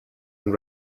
and